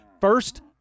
first